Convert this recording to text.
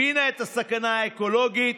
הבינה את הסכנה האקולוגית